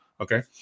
Okay